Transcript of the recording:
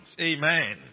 Amen